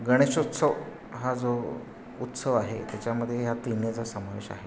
गणेशोत्सव हा जो उत्सव आहे त्याच्यामध्ये ह्या तिन्हीचा समावेश आहे